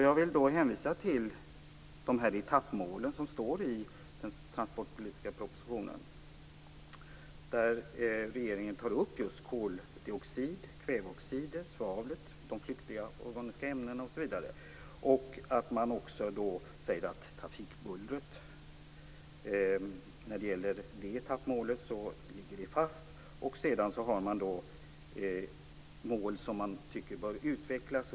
Jag vill hänvisa till de etappmål som anges i den transportpolitiska propositionen, där regeringen tar upp just koldioxid, kväveoxider, svavlet, de flyktiga organiska ämnena osv. Man säger också att etappmålet om trafikbuller ligger fast. Sedan har man mål som man tycker bör utvecklas.